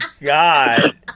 god